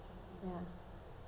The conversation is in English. but ya lah I mean